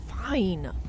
Fine